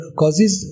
causes